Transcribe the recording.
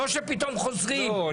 לא שפתאום חוזרים --- לא,